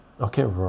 okay